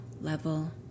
level